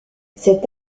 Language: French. cet